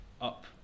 up